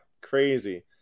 Crazy